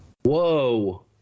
Whoa